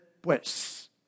pues